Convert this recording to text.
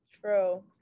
True